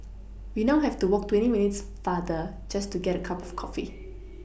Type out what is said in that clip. we now have to walk twenty minutes farther just to get a cup of coffee